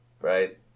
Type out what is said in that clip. right